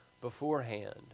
beforehand